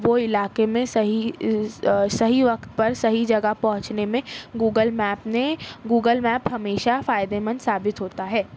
وه علاقے میں صحیح صحیح وقت پر صحیح جگہ پہنچنے میں گوگل میپ نے گوگل میپ ہمیشہ فائدے مند ثابت ہوتا ہے